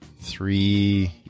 three